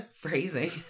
Phrasing